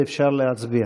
אפשר להצביע.